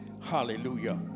Hallelujah